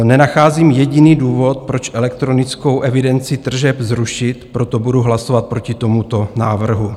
Nenacházím jediný důvod, proč elektronickou evidenci tržeb zrušit, proto budu hlasovat proti tomuto návrhu.